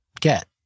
get